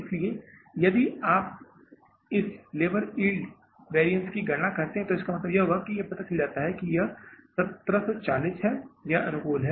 इसलिए यदि आप इस लेबर यील्ड वेरियन्स की गणना करते हैं तो इसका मतलब यह होगा कि हमें पता चला है कि यह 1740 है यह अनुकूल है